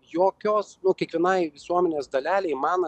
jokios nu kiekvienai visuomenės dalelei man